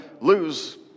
lose